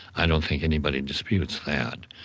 i don't think anybody disputes that.